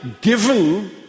given